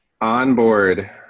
onboard